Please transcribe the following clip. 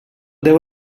there